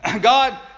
God